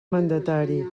mandatari